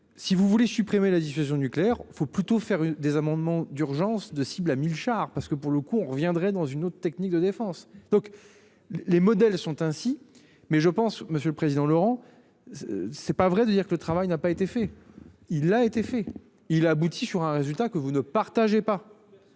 si vous voulez supprimer la dissuasion nucléaire. Il faut plutôt faire des amendements d'urgence de cibles à 1000 chars parce que pour le coup on reviendrait dans une autre technique de défense donc. Les modèles sont ainsi mais je pense monsieur le président, Laurent. C'est pas vrai de dire que le travail n'a pas été fait. Il a été fait. Il a abouti sur un résultat que vous ne partagez pas.